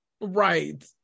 Right